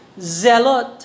Zealot